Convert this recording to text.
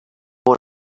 more